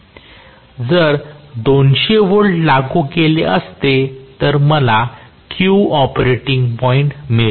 जर मी 200 व्होल्ट लागू केले तर मला Q म्हणून ऑपरेटिंग पॉईंट मिळेल